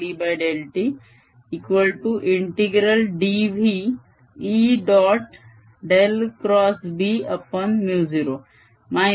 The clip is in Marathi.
B0 dV 0E